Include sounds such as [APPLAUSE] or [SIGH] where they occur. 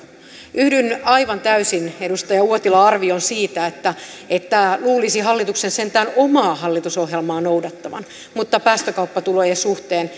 yhdyn aivan täysin edustaja uotilan arvioon siitä että että luulisi hallituksen sentään omaa hallitusohjelmaa noudattavan mutta päästökauppatulojen suhteen [UNINTELLIGIBLE]